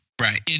Right